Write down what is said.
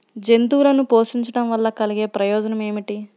జంతువులను పోషించడం వల్ల కలిగే ప్రయోజనం ఏమిటీ?